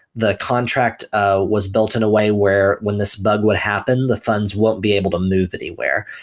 the contract ah was built in a way where when this bug would happen, the funds won't be able to move anywhere.